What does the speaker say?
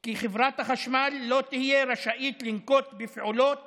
כי חברת החשמל לא תהיה רשאית לנקוט פעולות